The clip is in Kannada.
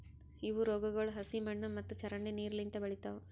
ಇವು ರೋಗಗೊಳ್ ಹಸಿ ಮಣ್ಣು ಮತ್ತ ಚರಂಡಿ ನೀರು ಲಿಂತ್ ಬೆಳಿತಾವ್